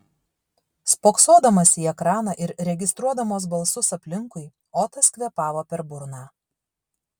spoksodamas į ekraną ir registruodamas balsus aplinkui otas kvėpavo per burną